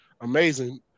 amazing